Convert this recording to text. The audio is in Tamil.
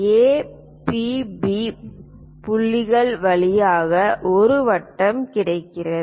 ஏ பி பி புள்ளிகள் வழியாக ஒரு வட்டம் கிடைக்கிறது